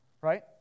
right